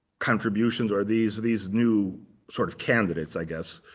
contributions or these these new sort of candidates, i guess,